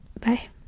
Bye